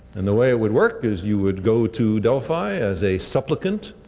and the way it would work is you would go to delphi as a supplicant,